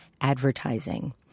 advertising